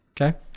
Okay